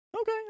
okay